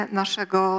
naszego